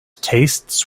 tastes